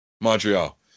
Montreal